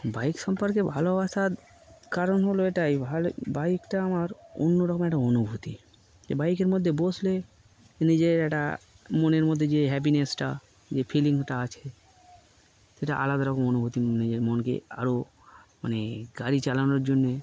bike সম্পর্কে ভালোবাসার কারণ হলো এটাই ভালো বাইকটা আমার অন্যরকম একটা অনুভূতি যে বাইকের মধ্যে বসলে নিজের একটা মনের মধ্যে যে হ্যাপিনেসটা যে ফিলিংটা আছে সেটা আলাদা রকম অনুভূতি নিজের মনকে আরও মানে গাড়ি চালানোর জন্যে